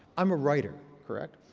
i'm a writer, correct.